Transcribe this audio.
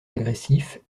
agressifs